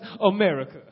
America